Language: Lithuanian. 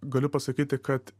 galiu pasakyti kad